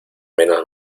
menos